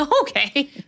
Okay